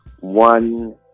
one